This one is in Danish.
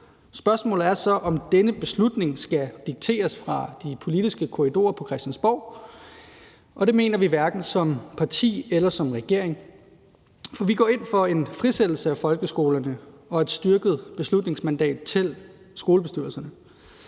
Spørgsmålet er så, om denne beslutning skal dikteres fra de politiske korridorer på Christiansborg, og det mener vi hverken som parti eller som regering. For vi går ind for en frisættelse af folkeskolerne og et styrket beslutningsmandat til skolebestyrelserne,